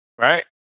right